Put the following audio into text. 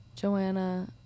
Joanna